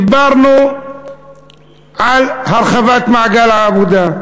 דיברנו על הרחבת מעגל העבודה,